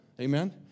Amen